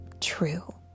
true